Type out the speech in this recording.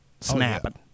snapping